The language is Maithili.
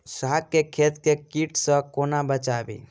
साग केँ खेत केँ कीट सऽ कोना बचाबी?